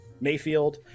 Mayfield